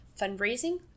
fundraising